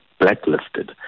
blacklisted